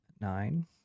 Nine